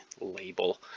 label